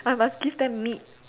I must give them meat